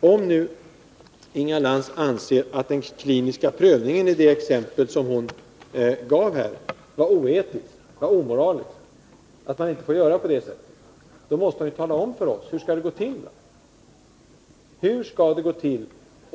om nu Inga Lantz anser att den kliniska prövningen i det exempel hon gav var omoralisk, och att man inte får göra på det sättet, då måste hon tala om för oss hur det skall gå till.